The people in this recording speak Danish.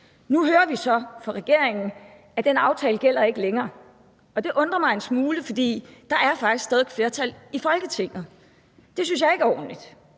Nu hører vi så fra regeringens side, at den aftale ikke længere gælder. Det undrer mig en smule, for der er faktisk stadig væk flertal i Folketinget. Det synes jeg ikke er ordentligt.